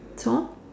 so